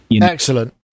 Excellent